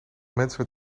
mensen